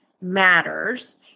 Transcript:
matters